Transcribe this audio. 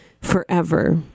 forever